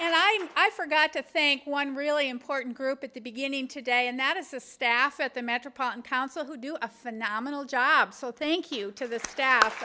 and i forgot to think one really important group at the beginning today analysis staff at the metropolitan council who do a phenomenal job so thank you to the staff